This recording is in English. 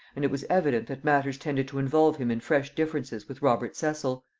and it was evident that matters tended to involve him in fresh differences with robert cecil.